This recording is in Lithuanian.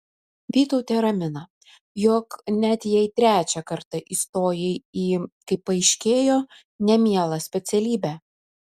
vytautė ramina jog net jei trečią kartą įstojai į kaip paaiškėjo nemielą specialybę